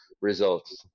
results